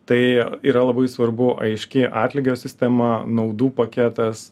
tai yra labai svarbu aiški atlygio sistema naudų paketas